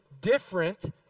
different